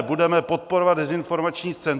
Budeme podporovat dezinformační scénu.